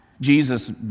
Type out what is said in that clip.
Jesus